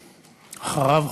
ואחריו,